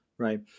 Right